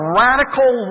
radical